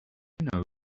know